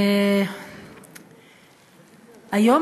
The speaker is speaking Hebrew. היום,